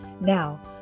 Now